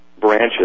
branches